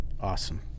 awesome